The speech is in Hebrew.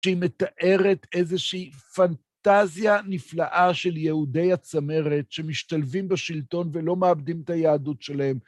שהיא מתארת איזושהי פנטזיה נפלאה של יהודי הצמרת, שמשתלבים בשלטון ולא מאבדים את היהדות שלהם.